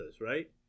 right